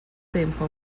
tempo